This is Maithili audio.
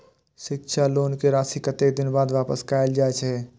शिक्षा लोन के राशी कतेक दिन बाद वापस कायल जाय छै?